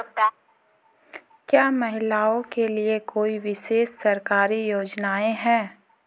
क्या महिलाओं के लिए कोई विशेष सरकारी योजना है?